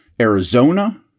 Arizona